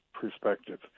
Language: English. perspective